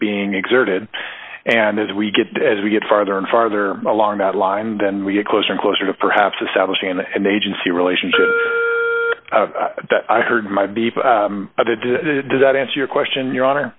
being exerted and as we get as we get farther and farther along that line then we get closer and closer to perhaps establishing and agency relationship that i heard my before i did does that answer your question your honor